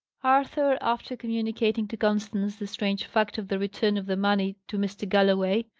arthur, after communicating to constance the strange fact of the return of the money to mr. galloway,